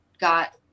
got